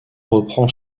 reprend